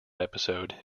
episode